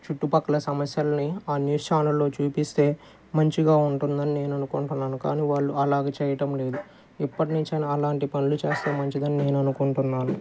చుట్టుపక్కల సమస్యల్ని ఆ న్యూస్ ఛానల్లో చూపిస్తే మంచిగా ఉంటుంది అని నేను అనుకుంటున్నాను కానీ వాళ్ళు అలాగ చేయటం లేదు ఇప్పటినుంచి అయినా అలాంటి పనులు చేస్తే మంచిది అని నేను అనుకుంటున్నాను